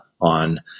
on